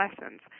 lessons